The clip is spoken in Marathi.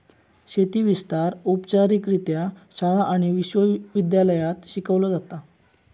शेती विस्तार औपचारिकरित्या शाळा आणि विश्व विद्यालयांत शिकवलो जाता